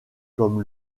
comme